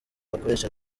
bakoresha